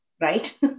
right